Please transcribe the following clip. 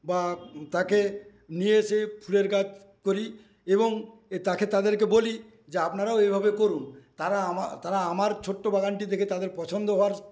বা তাকে নিয়ে এসে ফুলের গাছ করি এবং তাকে তাদেরকে বলি যে আপনারাও এভাবে করুন তারা আমার তারা আমার ছোট্ট বাগানটি দেখে তাদের পছন্দ হওয়ার